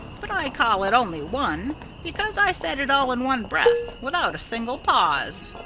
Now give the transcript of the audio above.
but i call it only one because i said it all in one breath, without a single pause.